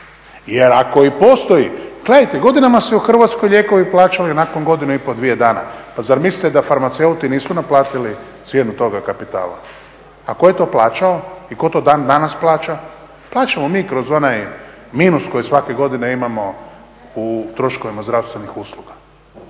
Jer ako i postoji, gledajte godinama se u Hrvatskoj lijekovi plaćali nakon godinu i pol, dvije dana. Pa zar mislite da farmaceuti nisu naplatili cijenu toga kapitala? A tko je to plaćao i tko to dan danas plaća? Plaćamo mi kroz onaj minus koji svake godine imamo u troškovima zdravstvenih usluga.